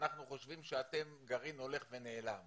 שאנחנו חושבים שאתם גרעין הולך ונעלם